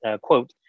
quote